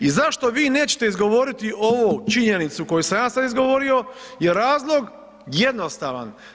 I zašto vi neće izgovoriti ovo, činjenicu koju sam ja sad izgovorio je razlog jednostavan.